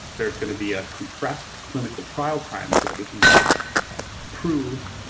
there's gonna be a compressed clinical trial time so that we can prove,